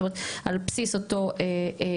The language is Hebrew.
זאת אומרת, על בסיס אותו "פרופיילינג".